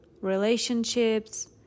relationships